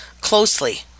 closely